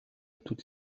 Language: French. toutes